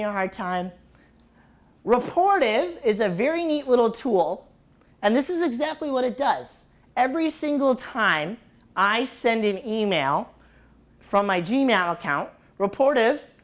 you a hard time reportage is a very neat little tool and this is exactly what it does every single time i send an e mail from my dream an account report